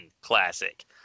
classic